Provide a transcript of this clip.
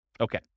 Okay